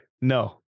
no